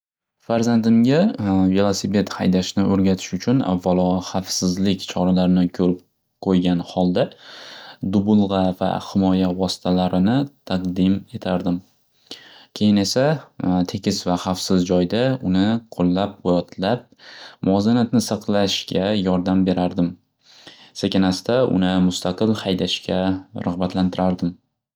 Farzandimga velosiped haydashni o'rgatish uchun avvalo xavfsizlik choralarini ko'rib qo'ygan holda, dubulg'a va himoya vositalarini taqdim etardim. Keyin esa, tekis va xavfsiz joyda uni qo'llab-quvvatlab, muvozanatni saqlashga yordam berardim. Sekin asta uni mustaqil haydashga rag'batlantirardim.